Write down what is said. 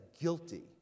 guilty